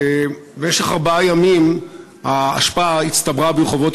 במשך ארבעה ימים האשפה הצטברה ברחובות